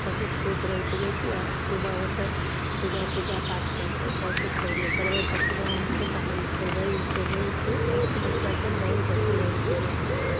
बहुत खुश रहै छै जेकि आब तऽ सुबह होतै सुबह पूजापाठ करतै तब तऽ खएबे करबै पकवान केतारी खएबै ई खएबै ओ खएबै बहुत बच्चासभ बहुत अथी रहै छिकै